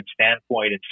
standpoint